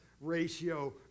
ratio